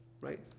Right